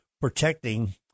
protecting